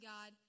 God